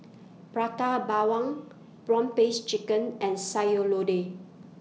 Prata Bawang Prawn Paste Chicken and Sayur Lodeh